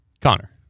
Connor